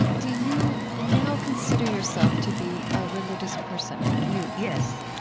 do you now consider yourself to be a religious person? you yes.